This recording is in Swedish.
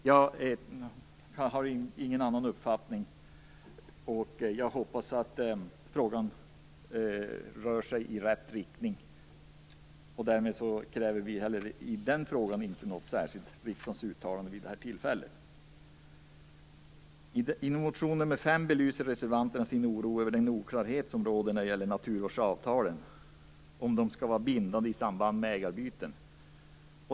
Jag har inte någon annan uppfattning, och jag hoppas att frågan rör sig i rätt riktning. Därmed kräver vi vid det här tillfället heller inte i den frågan något särskilt riksdagsuttalande. I motion nr 5 belyser reservanterna sin oro över den oklarhet som råder när det gäller naturvårdsavtalen. Frågan är om de skall vara bindande i samband med ägarbyten.